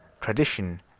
tradition